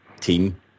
team